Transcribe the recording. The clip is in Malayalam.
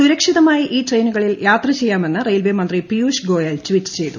സുരക്ഷിതമായി ഈ ട്രെയിനുകളിൽ യാത്ര ചെയ്യാമെന്ന് റെയിൽവേ മന്ത്രി പിയൂഷ് ഗോയൽ ട്വീറ്റ് ചെയ്തു